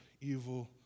evil